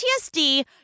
PTSD